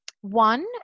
One